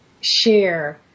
share